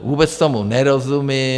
Vůbec tomu nerozumím.